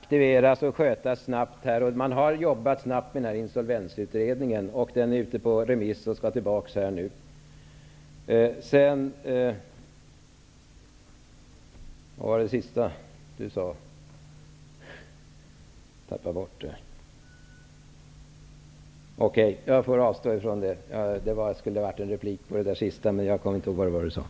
Herr talman! Jag vill bara säga att det här kommer att aktiveras och skötas snabbt. Insolvensutredningen har också arbetat fort. Nu är materialet ute på remiss och kommer snart tillbaka. Så till det sista som Claus Zaar nämnde. Tyvärr har jag tappat bort vad jag skulle säga. Men okej, jag får avstå från ytterligare kommentarer.